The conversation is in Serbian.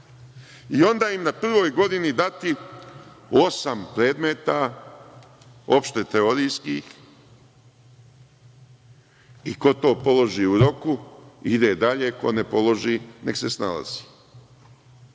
i onda im na prvoj godini dati osam predmeta opšte-teorijskih i ko to položi u roku ide dalje, a ko ne položi nek se snalazi.